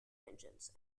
engines